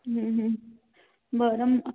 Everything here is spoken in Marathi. बरं